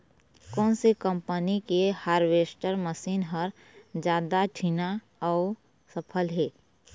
कोन से कम्पनी के हारवेस्टर मशीन हर जादा ठीन्ना अऊ सफल हे?